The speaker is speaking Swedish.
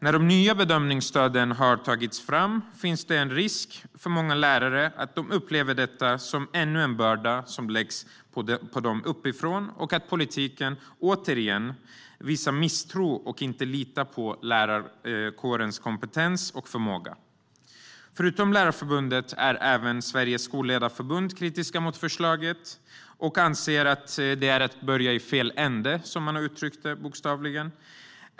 När de nya bedömningsstöden har tagits fram finns det en risk att många lärare upplever detta som ännu en börda som läggs på dem uppifrån och att politiken återigen visar misstroende mot och inte litar på lärarkårens kompetens och förmåga. Förutom Lärarförbundet är Sveriges Skolledarförbund kritiska mot förslaget. Man anser att det är att börja i fel ände, som man bokstavligen har uttryckt det.